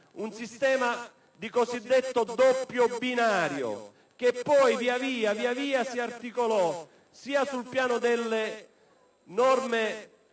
un sistema di cosiddetto doppio binario, che poi via via si articolò sia sul piano delle norme